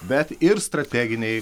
bet ir strateginei